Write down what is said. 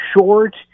short